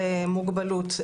מוגבלות.